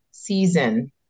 season